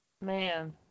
man